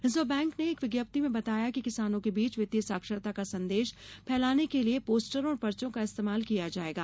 reserve bank ने एक विज्ञप्ति में बताया कि किसानों के बीच वित्तीय साक्षरता का संदेश फैलाने के लिए पोस्टरों और पर्चों का इस्तेमाल किया जाएगा